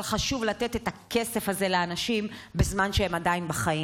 אבל חשוב לתת את הכסף הזה לאנשים בזמן שהם עדיין בחיים.